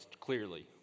clearly